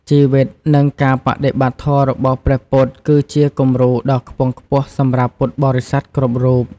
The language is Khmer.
ជីវិត និងការបដិបត្តិធម៌របស់ព្រះពុទ្ធ គឺជាគំរូដ៏ខ្ពង់ខ្ពស់សម្រាប់ពុទ្ធបរិស័ទគ្រប់រូប។